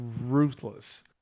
ruthless